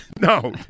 no